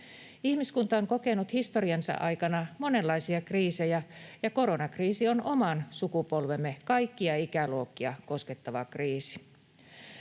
Ihmiskunta on kokenut historiansa aikana monenlaisia kriisejä, ja koronakriisi on oman sukupolvemme kaikkia ikäluokkia koskettava kriisi.